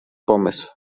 pomysł